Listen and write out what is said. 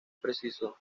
preciso